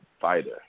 fighter